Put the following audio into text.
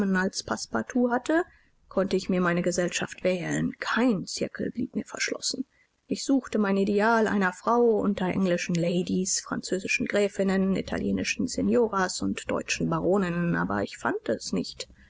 hatte konnte ich mir meine gesellschaft wählen kein circle blieb mir verschlossen ich suchte mein ideal einer frau unter englischen ladies französischen gräfinnen italienischen signoras und deutschen baroninnen aber ich fand es nicht